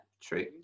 true